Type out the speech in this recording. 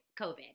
COVID